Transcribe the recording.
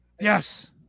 Yes